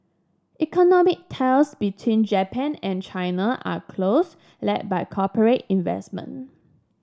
economic ties between Japan and China are close led by corporate investment